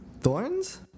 thorns